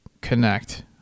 connect